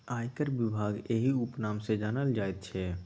आयकर विभाग इएह उपनाम सँ जानल जाइत छै